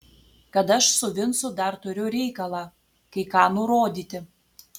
kad aš su vincu dar turiu reikalą kai ką nurodyti